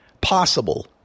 possible